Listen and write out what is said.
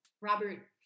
Robert